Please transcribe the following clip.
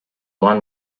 one